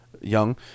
Young